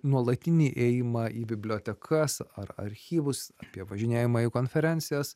nuolatinį ėjimą į bibliotekas ar archyvus apie važinėjimą į konferencijas